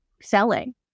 selling